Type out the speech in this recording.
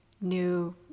new